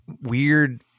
weird